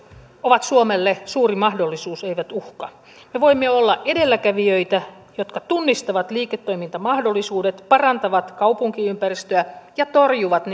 ovat suomelle suuri mahdollisuus eivät uhka me voimme olla edelläkävijöitä jotka tunnistavat liiketoimintamahdollisuudet parantavat kaupunkiympäristöä ja torjuvat